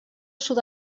sud